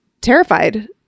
terrified